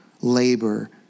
labor